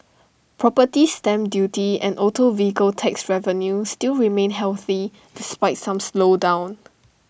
property stamp duty and auto vehicle tax revenue still remain healthy despite some slowdown